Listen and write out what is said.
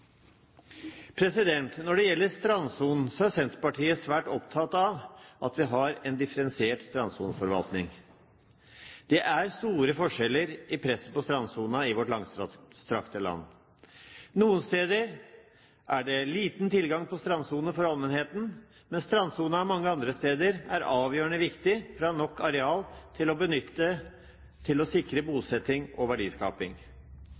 Når det gjelder strandsonen, er Senterpartiet svært opptatt av at vi har en differensiert strandsoneforvaltning. Det er store forskjeller i presset på strandsonen i vårt langstrakte land. Noen steder er det liten tilgang til strandsonen for allmennheten, mens strandsonen mange andre steder er avgjørende viktig for å ha nok areal til å benytte for å sikre bosetting og verdiskaping.